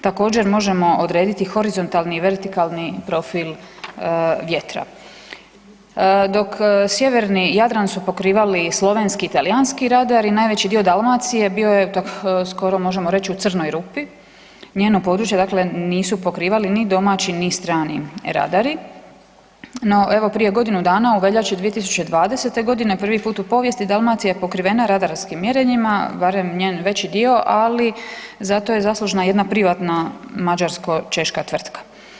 Također, možemo odrediti horizontalni i vertikalni profil vjetra, dok sjeverni Jadran su pokrivali slovenski i talijanski radari, najveći dio Dalmacije bio je, to skoro možemo reći, u crnoj rupi, njeno područje dakle nisu pokrivali ni domaći ni strani radari, no evo prije godinu dana u veljači 2020. g. prvi put u povijesti, Dalmacija je pokrivena radarskim mjerenjima, barem njen veći dio, ali zato je zaslužna jedna privatna mađarsko-češka tvrtka.